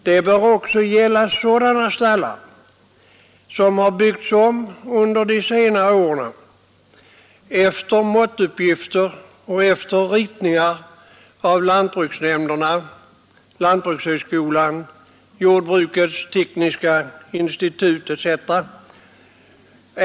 Det bör också gälla sådana stallar som byggts om under de senare åren efter måttuppgifter och ritningar av exempelvis lantbruksnämnderna, lantbrukshögskolan och jordbrukets tekniska institut.